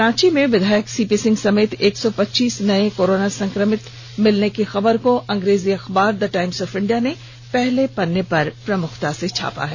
रांची में विधायक सीपी सिंह समेत एक सौ पच्चीस नए कोरोना संक्रमित मिलने की खबर को अंग्रेजी अखबार द टाइम्स ऑफ इंडिया ने पहले पन्ने पर प्रमुखता से छापा है